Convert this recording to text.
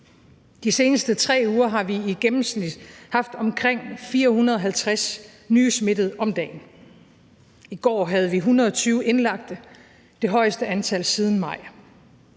De seneste 3 uger har vi i gennemsnit haft omkring 450 nye smittede om dagen. I går havde vi 120 indlagte, det højeste antal siden maj.